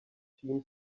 team